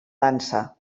dansa